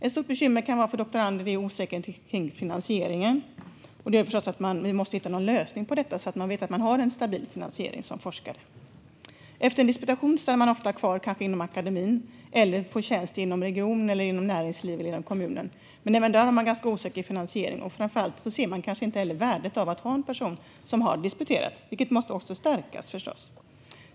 Ett stort bekymmer för doktorander kan vara osäkerheten kring finansieringen. På detta måste vi förstås hitta någon lösning så att man vet att man har en stabil finansiering som forskare. Efter en disputation stannar man ofta kvar inom akademin eller får en tjänst inom kommunen, regionen eller näringslivet. Även där kan dock finansieringen vara ganska osäker. Framför allt ser man kanske inte värdet av att ha en person som har disputerat. Detta måste förstås också stärkas.